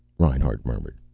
reinhart murmured.